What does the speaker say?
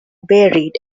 varied